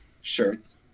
shirts